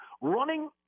running